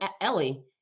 Ellie